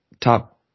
top